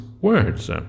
words